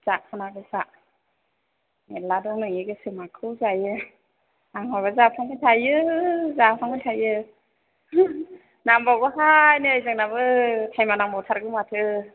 जाखानांगौखा मेरला दं नोंनि गोसो माखौ जायो आंहाबा जाफ्लांबाय थायो जाफ्लांबाय थायो नांबावगौहाय नै जोंनाबो टाइमा नांबावथारगौ माथो